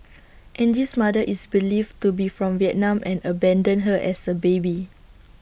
Angie's mother is believed to be from Vietnam and abandoned her as A baby